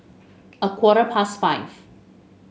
a quarter past five